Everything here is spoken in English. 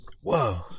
Whoa